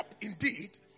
indeed